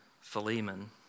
Philemon